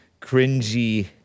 cringy